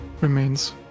remains